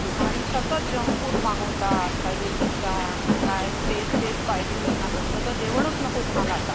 आणि सतत जंकफूड मागवतात काय ते पिझ्झा आणि ते काय तेच तेच पाहिजे त्यांना घरचं तर जेवणच नको कोणाला आता